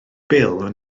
bil